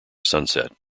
sunset